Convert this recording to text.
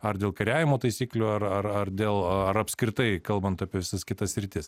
ar dėl kariavimo taisyklių ar ar ar dėl ar apskritai kalbant apie visas kitas sritis